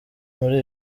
muri